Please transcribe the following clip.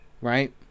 Right